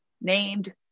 named